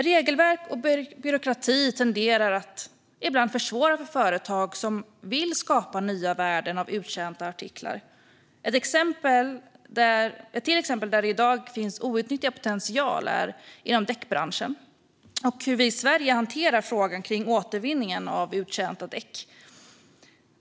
Regelverk och byråkrati tenderar ibland att försvåra för företag som vill skapa nya värden av uttjänta artiklar. Ytterligare ett exempel, där det i dag finns outnyttjad potential, är däckbranschen och hur vi i Sverige hanterar frågan kring återvinning av uttjänta däck.